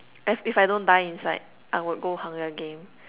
if I don't die inside I will go hunger games